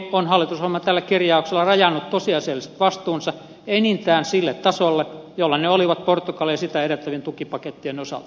suomi on hallitusohjelman tällä kirjauksella rajannut tosiasialliset vastuunsa enintään sille tasolle jolla ne olivat portugalin ja sitä edeltävien tukipakettien osalta